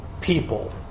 people